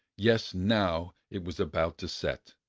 yes now, it was about to set!